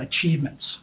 achievements